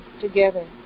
together